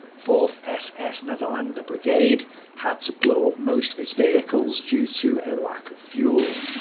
fourth ss nederlander brigade had to blow up most of its vehicles due to a lack of fuel.